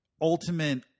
ultimate